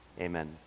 amen